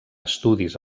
estudis